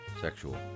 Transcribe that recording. sexual